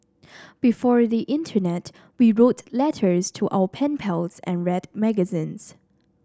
before the internet we wrote letters to our pen pals and read magazines